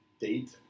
date